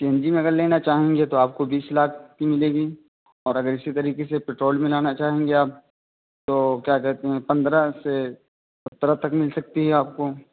سی N G میں اگر لینا چاہیں گے تو آپ کو بیس لاکھ کی ملے گی اور اگر اسی طریقے سے پٹرول میں لانا چاہیں گے آپ تو کیا کہتے ہیں پندرہ سے سترہ تک مل سکتی ہے آپ کو